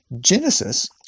Genesis